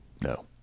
No